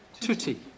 Tutti